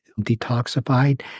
detoxified